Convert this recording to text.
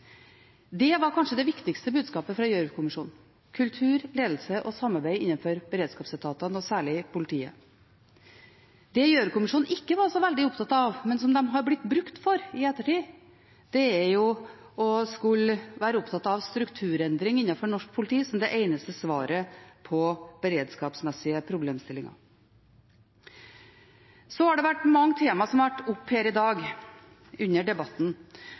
Det var kanskje det viktigste budskapet fra Gjørv-kommisjonen – kultur, ledelse og samarbeid innenfor beredskapsetatene, og særlig politiet. Det Gjørv-kommisjonen ikke var så veldig opptatt av, men som de har blitt brukt til i ettertid, var at en skulle være opptatt av strukturendring innenfor norsk politi som det eneste svaret på beredskapsmessige problemstillinger. Mange tema har